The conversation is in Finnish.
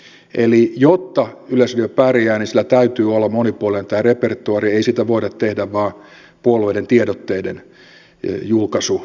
eli jotta yleisradio pärjää niin sillä täytyy olla monipuolinen tämä repertuaari ei siitä voida tehdä vain puolueiden tiedotteiden julkaisuareenaa